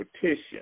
petition